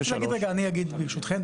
אני אגיד רגע, אני אגיד ברשותכם.